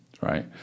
right